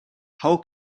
how